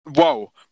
Whoa